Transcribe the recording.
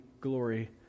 glory